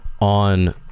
on